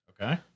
Okay